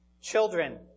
Children